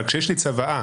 אבל כשיש לי צוואה